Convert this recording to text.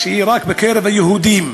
שהוא רק בקרב היהודים.